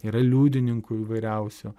yra liudininkų įvairiausių